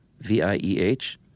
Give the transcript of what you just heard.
V-I-E-H